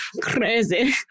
Crazy